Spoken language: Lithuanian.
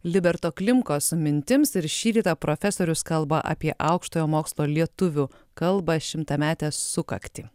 liberto klimkos mintims ir šįryt profesorius kalba apie aukštojo mokslo lietuvių kalbą šimtametę sukaktį